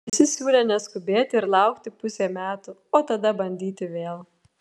visi siūlė neskubėti ir laukti pusė metų o tada bandyti vėl